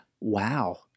wow